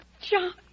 John